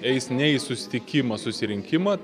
eis ne į susitikimą susirinkimą